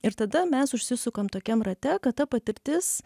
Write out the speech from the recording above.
ir tada mes užsisukam tokiam rate kad ta patirtis